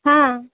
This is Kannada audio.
ಹಾಂ